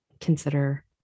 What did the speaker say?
consider